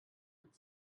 not